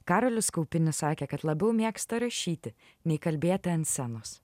karolis kaupinis sakė kad labiau mėgsta rašyti nei kalbėti ant scenos